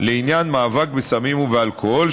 לעניין מאבק בסמים ובאלכוהול,